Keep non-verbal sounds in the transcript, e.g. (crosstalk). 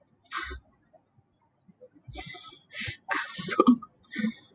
(breath) I also (laughs)